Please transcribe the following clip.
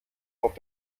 auf